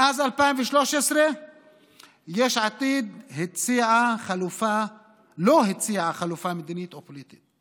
מאז 2013 יש עתיד לא הציעה חלופה מדינית או פוליטית.